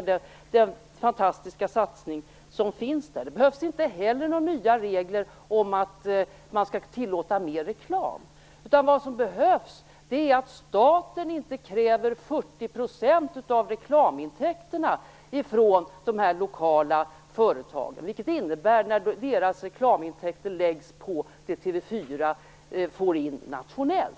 i den fantastiska satsning som sker. Det behövs inte heller några nya regler om att man skall tillåta mer reklam. Vad som behövs är att staten inte kräver in 40 % av reklamintäkterna från de här lokala företagen, vilket blir fallet när dessas reklamintäkter läggs till det som TV 4 får in nationellt.